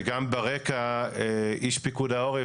וגם ברקע איש פיקוד העורף,